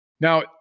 Now